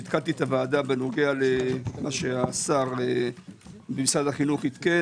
עדכנתי את הוועדה בנוגע למה שהשר במשרד החינוך עדכן.